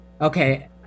okay